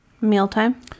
Mealtime